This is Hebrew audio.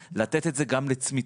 לתת את זה גם לצמיתות.